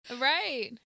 right